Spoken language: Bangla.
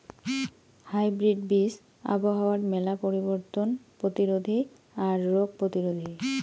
হাইব্রিড বীজ আবহাওয়ার মেলা পরিবর্তন প্রতিরোধী আর রোগ প্রতিরোধী